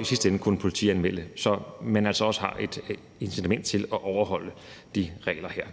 i sidste ende kunne politianmeldes, så man altså også har et incitament til at overholde de regler her.